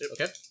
Okay